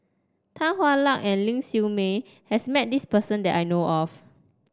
Tan Hwa Luck and Ling Siew May has met this person that I know of